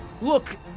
Look